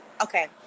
Okay